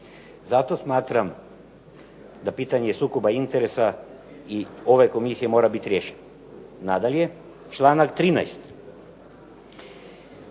Zato smatram da pitanje sukoba interesa i ove komisije mora biti riješen. Nadalje, članak 13.